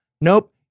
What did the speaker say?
Nope